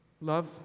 Love